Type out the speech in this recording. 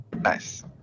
Nice